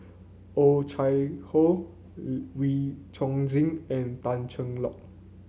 Oh Chai Hoo Wee Chong Jin and Tan Cheng Lock